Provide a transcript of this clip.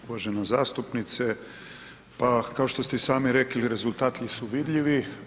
Uvažena zastupnice, pa kao što ste i sami rekli rezultati su vidljivi.